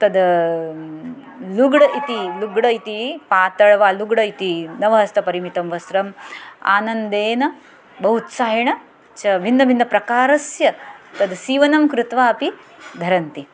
तद् लुग्ड् इति लुग्ड इति पातळ वा लुग्ड इति नवहस्तपरिमितं वस्त्रम् आनन्देन बहु उत्साहेन च भिन्नभिन्नप्रकारस्य तद् सीवनं कृत्वा अपि धरन्ति